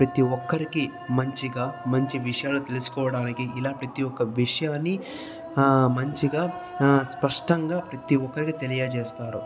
ప్రతీ ఒక్కరికి మంచిగా మంచి విషయాలు తెలుసుకోవడానికి ఇలా ప్రతీ ఒక్క విషయాన్ని మంచిగా స్పష్టంగా ప్రతీ ఒక్కరికి తెలియజేస్తారు